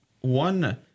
one